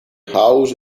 house